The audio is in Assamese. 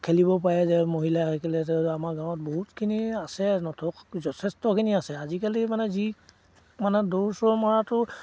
খেলিব পাৰে যে মহিলাসকলে আমাৰ গাঁৱত বহুতখিনি আছে নথকা যথেষ্টখিনি আছে আজিকালি মানে যি মানে দৌৰ চৰ মৰাটো